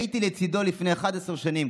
הייתי לצידו לפני 11 שנים,